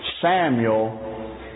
Samuel